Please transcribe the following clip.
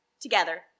together